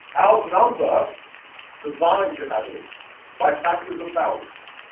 outnumber the bollinger had lists by factors of thousands